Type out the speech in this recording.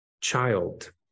child